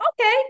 okay